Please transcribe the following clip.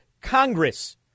Congress